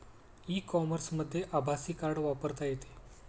E कॉमर्समध्ये आभासी card वापरता येते